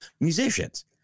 musicians